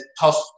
tough